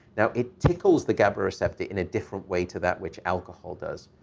now it tickles the gaba receptor in a different way to that which alcohol does.